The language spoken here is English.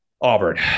Auburn